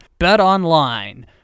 BetOnline